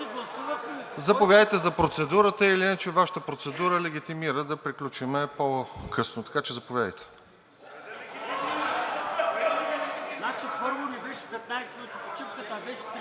Заповядайте за процедурата, тъй или иначе Вашата процедура легитимира да приключим по-късно. Така че, заповядайте.